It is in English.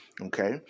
Okay